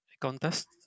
contest